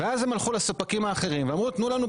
ואז הם הלכו לספקים האחרים ואמרו: "תנו לנו,